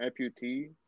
amputee